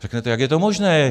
Řeknete jak je to možné?